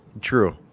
True